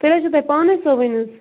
تیٚلہِ حظ چھِ تۄہہِ پانَے سُوٕنۍ حظ